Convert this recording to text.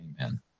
Amen